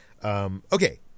Okay